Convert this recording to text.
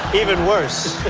even worse,